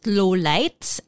lowlights